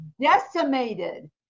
decimated